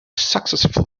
successful